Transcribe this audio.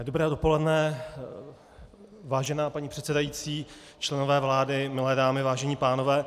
Dobré dopoledne, vážená paní předsedající, členové vlády, milé dámy, vážení pánové.